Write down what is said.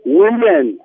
women